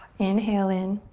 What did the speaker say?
inhale in.